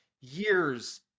years